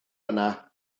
yna